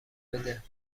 بده